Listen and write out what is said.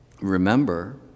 Remember